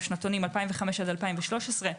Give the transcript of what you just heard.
שנתונים 2005 עד 2013,